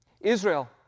Israel